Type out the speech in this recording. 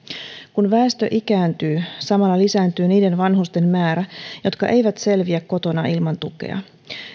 kun väestö ikääntyy samalla lisääntyy niiden vanhusten määrä jotka eivät selviä kotona ilman tukea